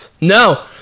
No